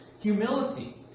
Humility